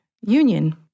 union